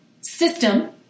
system